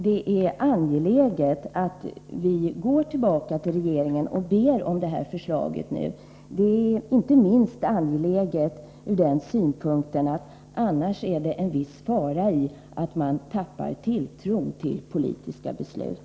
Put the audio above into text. Det är angeläget att riksdagen gör det, inte minst med tanke på att det annars finns en viss risk för att människor tappar tilltron till politiska beslut.